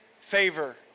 favor